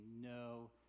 no